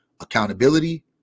accountability